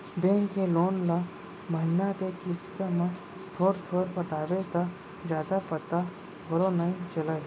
bank के loan ल महिना के किस्त म थोर थोर पटाबे त जादा पता घलौ नइ चलय